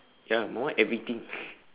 ya my one everything